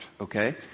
Okay